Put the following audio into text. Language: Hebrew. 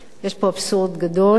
יש פה אבסורד גדול,